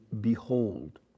behold